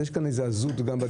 אז יש כאן איזו עזות בדברים,